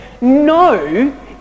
no